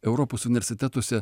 europos universitetuose